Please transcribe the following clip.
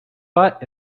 butt